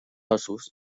ossos